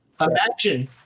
Imagine